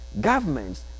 governments